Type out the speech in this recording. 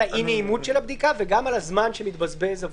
האי-נעימות של הבדיקה וגם על הזמן שמתבזבז.